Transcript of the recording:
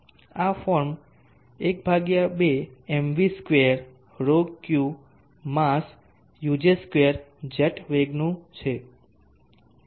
આ ફોર્મ 12 એમવી2 ρQ માસ uj2 જેટ વેગનું છે